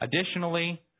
Additionally